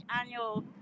annual